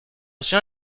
chien